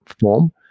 form